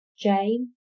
Jane